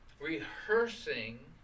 rehearsing